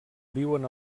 viuen